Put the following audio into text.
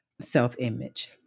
self-image